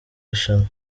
rushanwa